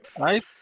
right